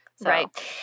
right